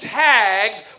tagged